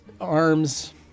arms